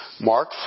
Mark